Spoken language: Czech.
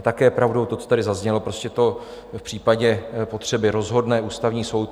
Také je pravdou to, co tady zaznělo prostě to v případě potřeby rozhodne Ústavní soud.